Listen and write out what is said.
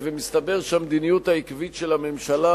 ומסתבר שהמדיניות העקבית של הממשלה